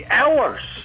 hours